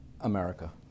America